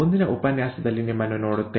ಮುಂದಿನ ಉಪನ್ಯಾಸದಲ್ಲಿ ನಿಮ್ಮನ್ನು ನೋಡುತ್ತೇನೆ